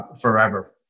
forever